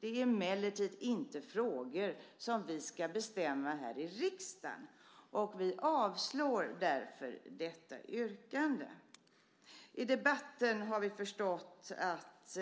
Det är emellertid inte frågor som vi ska bestämma om här i riksdagen. Vi avslår därför detta yrkande. I debatten har vi förstått att